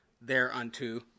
thereunto